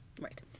Right